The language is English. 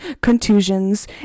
contusions